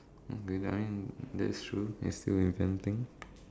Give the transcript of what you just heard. okay I mean that's true it's still inventing